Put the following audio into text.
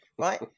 right